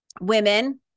women